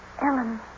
Ellen